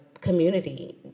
community